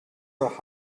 nach